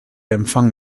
empfang